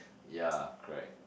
ya correct